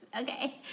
Okay